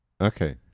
Okay